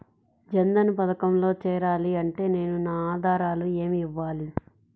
జన్ధన్ పథకంలో చేరాలి అంటే నేను నా ఆధారాలు ఏమి ఇవ్వాలి?